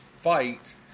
fight